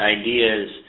ideas